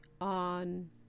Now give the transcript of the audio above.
on